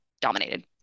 dominated